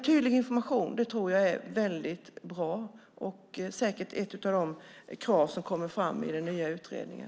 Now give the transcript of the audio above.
Tydlig information tror jag är väldigt bra och säkert ett av de krav som kommer fram i den nya utredningen.